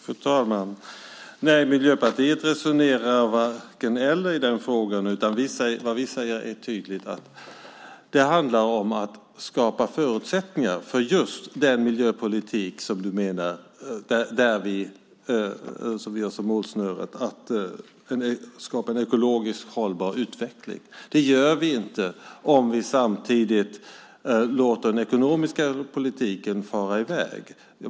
Fru talman! Nej, Miljöpartiet resonerar varken-eller i den frågan, utan vad vi säger är tydligt. Det handlar om att skapa förutsättningar för att just skapa en ekologiskt hållbar utveckling. Det gör vi inte om vi samtidigt låter den ekonomiska politiken fara iväg.